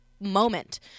moment